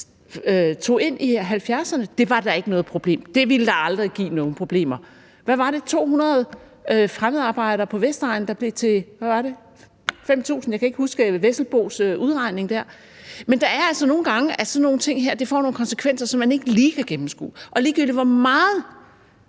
tog ind i 1970'erne. Man sagde: »Det er da ikke noget problem, det vil da aldrig give nogen problemer«. Var det 200 fremmedarbejdere på Vestegnen, der blev til, hvad var det, 5.000? Jeg kan ikke huske Eyvind Vesselbos udregning der. Men nogle gange får sådan nogle ting her altså nogle konsekvenser, som man ikke lige kan gennemskue. Og ligegyldigt hvor meget